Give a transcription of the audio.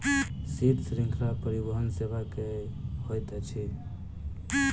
शीत श्रृंखला परिवहन सेवा की होइत अछि?